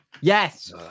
Yes